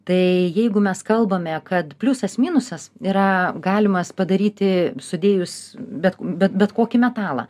tai jeigu mes kalbame kad pliusas minusas yra galimas padaryti sudėjus bet bet bet kokį metalą